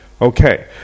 Okay